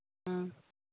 ꯑꯥ